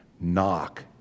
Knock